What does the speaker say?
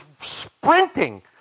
sprinting